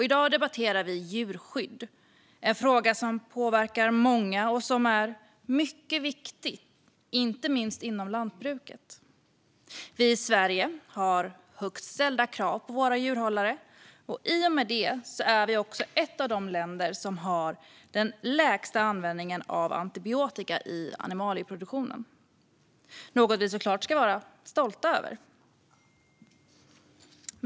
I dag debatterar vi djurskydd, en fråga som påverkar många och som är mycket viktig inte minst inom lantbruket. Vi i Sverige har högt ställda krav på våra djurhållare. I och med det är vi också ett av de länder i världen har lägst användning av antibiotika i animalieproduktionen. Det är såklart något vi ska vara stolta över.